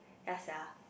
ya sia